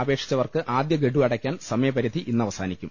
അപേക്ഷിച്ചവർക്ക് ആദ്യ ഗഡു അടയ്ക്കാൻ സമയപരിധി ഇന്നവസാനിക്കും